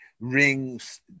Rings